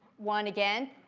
one again,